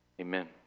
Amen